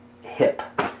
hip